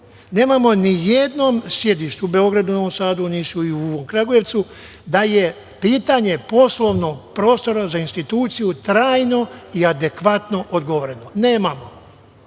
Nemamo ni u jedno sedištu, u Beogradu, Novom Sadu, Nišu i u Kragujevcu da je pitanje poslovnog prostora za instituciju trajno i adekvatno odgovoreno. Nemamo.